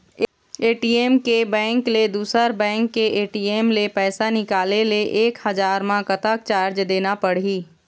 ATM के bank ले दुसर बैंक के ए.टी.एम ले पैसा निकाले ले एक हजार मा कतक चार्ज देना पड़ही?